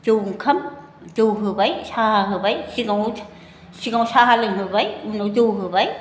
जौ ओंखाम जौ होबाय साहा होबाय सिगाङाव साहा लोंहोबाय उनाव जौ होबाय